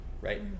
right